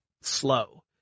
slow